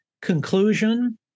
Conclusion